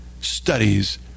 studies